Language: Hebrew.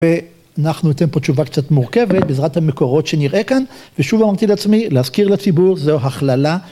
‫ואנחנו נותנים פה תשובה קצת מורכבת ‫בעזרת המקורות שנראה כאן, ‫ושוב אמרתי לעצמי, ‫להזכיר לציבור זו הכללה.